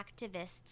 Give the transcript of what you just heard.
activists